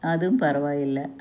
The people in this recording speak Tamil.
அதுவும் பரவாயில்லை